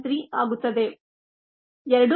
3 ಆಗುತ್ತದೆ 2